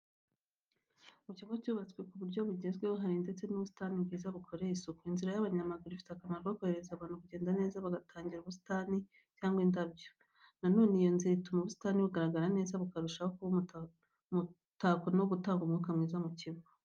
Mu kigo cyubatswe ku buryo bugezweho, hari ndetse n'ubusitani bwiza bukoreye isuku. Inzira y’abanyamaguru ifite akamaro ko korohereza abantu kugenda neza batangiza ubusitani cyangwa indabyo. Na none iyo nzira ituma ubusitani bugaragara neza bukarushaho kuba umutako no gutanga umwuka mwiza mu kigo.